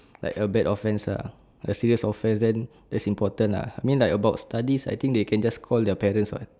like a bad offence lah a serious offence then that's important lah I mean about studies I think they can just call their parents [what]